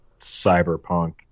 cyberpunk